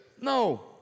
No